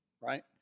right